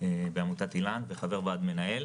בעמותת איל"ן וחבר ועד מנהל.